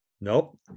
nope